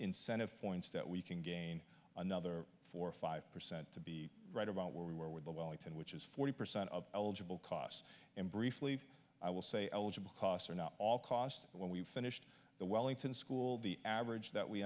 incentive points that we can gain another four or five percent to be right about where we were with the wellington which is forty percent of eligible costs and briefly i will say eligible costs are not all cost when we finished the wellington school the average that we